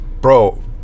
bro